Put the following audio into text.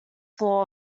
floor